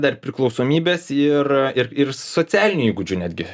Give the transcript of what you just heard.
dar priklausomybės ir ir ir socialinių įgūdžių netgi